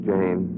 Jane